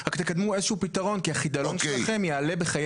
רק תקדמו איזשהו פתרון כי החידלון שלכם יעלה בחיי